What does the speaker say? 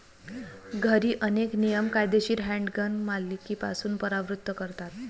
घरी, अनेक नियम कायदेशीर हँडगन मालकीपासून परावृत्त करतात